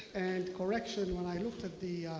and correction, when i looked at the